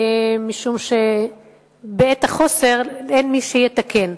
משום שבעת החוסר אין מי שיתקן.